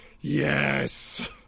Yes